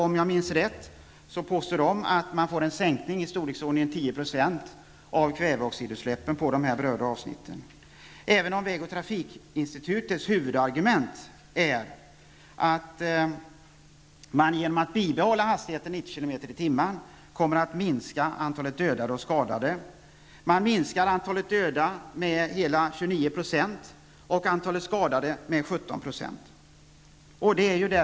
Om jag minns rätt hävdar man där att det blir en sänkning i storleksordningen 10 % av kväveoxidutsläppen på berörda avsnitt. Väg och trafikinstitutets huvudargument är att genom att bibehålla hastighetsgränsen 90 km/tim kommer antalet dödade och skadade i trafiken att bli färre. Antalet döda minskar med hela 29 % och antalet skadade med 17 % jämfört med en 110 km-väg.